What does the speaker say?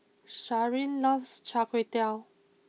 Sharyn loves Char Kway Teow